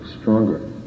stronger